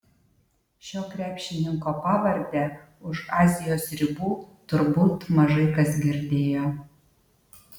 šio krepšininko pavardę už azijos ribų turbūt mažai kas girdėjo